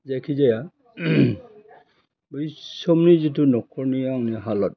जायखिजाया बै समनि जितु नखरनि आंनि हालोद